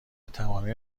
تمامی